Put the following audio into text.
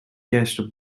castor